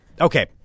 Okay